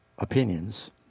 opinions